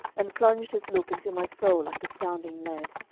and plunged his look into my soul like a sounding-lead.